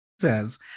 says